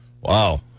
Wow